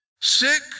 sick